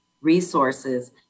resources